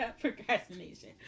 procrastination